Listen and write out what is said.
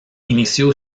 inició